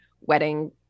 wedding